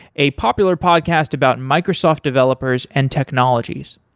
a popular podcast about microsoft developers and technologies.